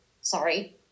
sorry